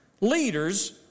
leaders